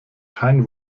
kein